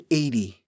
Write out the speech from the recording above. eighty